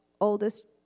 Oldest